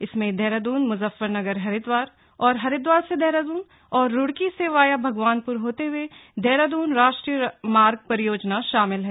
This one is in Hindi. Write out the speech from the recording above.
इसमें देहराद्रन मुजफ्फरनगर हरिद्वार और हरिद्वार से देहरादून और रुड़की से वाया भगवानपुर होते हए देहरादून राष्ट्रीय मार्ग परियोजना शामिल है